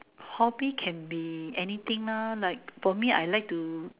hobby can be anything lah like for me I like to